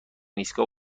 ایستگاه